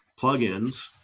plugins